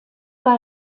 bei